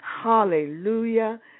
Hallelujah